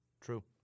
True